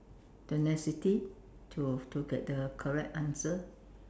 tenacity to to get the correct answer